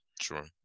sure